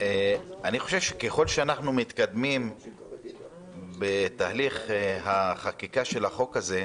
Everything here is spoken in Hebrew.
אני חושב שככל שאנחנו מתקדמים בתהליך החקיקה של החוק הזה,